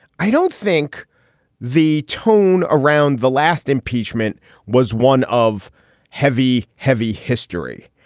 i don't think the tone around the last impeachment was one of heavy, heavy history.